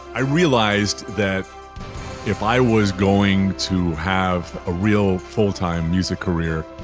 i realized that if i was going to have a real full time music career,